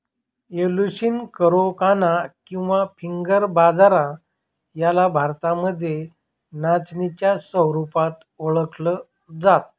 Eleusine कोराकाना किंवा finger बाजरा याला भारतामध्ये नाचणीच्या स्वरूपात ओळखल जात